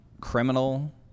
criminal